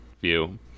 view